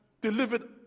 delivered